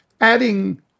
Adding